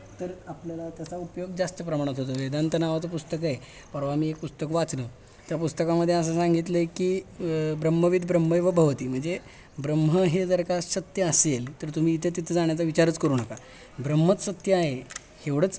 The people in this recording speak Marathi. तर आपल्याला त्याचा उपयोग जास्त प्रमाणात होतो वेदांत नावाचं पुस्तक आहे परवा मी एक पुस्तक वाचलं त्या पुस्तकामध्ये असं सांगितल आहे की ब्रह्मविद ब्रह्मैव भवती म्हणजे ब्रह्म हे जर का सत्य असेल तर तुम्ही इथे तिथं जाण्याचा विचारच करू नका ब्रह्मच सत्य आहे एवढंच